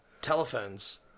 telephones